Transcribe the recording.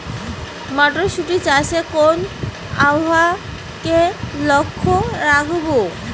মটরশুটি চাষে কোন আবহাওয়াকে লক্ষ্য রাখবো?